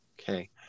Okay